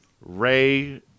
Ray